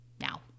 now